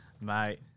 Mate